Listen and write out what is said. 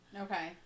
Okay